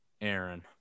Aaron